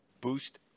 boost